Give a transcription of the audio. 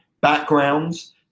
backgrounds